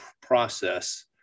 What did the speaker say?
process